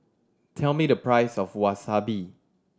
tell me the price of Wasabi